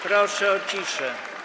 Proszę o ciszę.